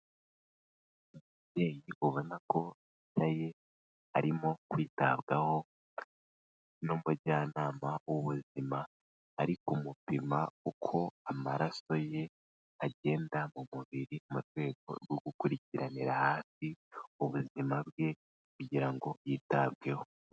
Umubyeyi ubona ko yicaye arimo kwitabwaho n'umujyanama w'ubuzima, ari ku mupima uko amaraso ye agenda mu mubiri, mu rwego rwo gukurikiranira hafi ubuzima bwe kugira ngo yitabweho.